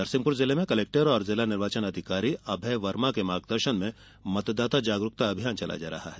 नरसिहपुर जिले में कलेक्टर एवं जिला निर्वाचन अधिकारी अभय वर्मा के मार्गदर्शन में मतदाता जागरूकता अभियान चलाया जा रहा है